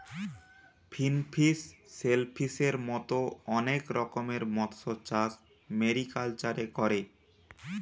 finfish, শেলফিসের মত অনেক রকমের মৎস্যচাষ মেরিকালচারে করে